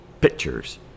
Pictures